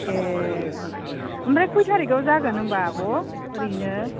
ए औ औ ओमफ्राय कय थारिगआव जागोन होनबा आब' ओरैनो